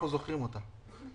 אנחנו זוכרים אותה.